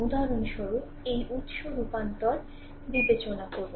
উদাহরণস্বরূপ এই উৎস রূপান্তর বিবেচনা করুন